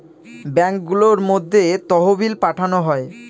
ব্যাঙ্কগুলোর মধ্যে তহবিল পাঠানো হয়